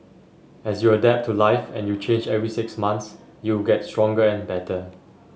as you adapt to life and you change every six months you get stronger and better